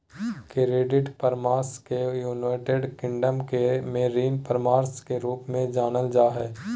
credit परामर्श के United Kingdom में ऋण परामर्श के रूप में जानल जा हइ